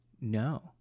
No